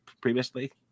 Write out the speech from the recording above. previously